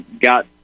got